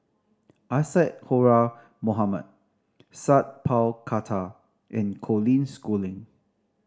Isadhora Mohamed Sat Pal Khattar and Colin Schooling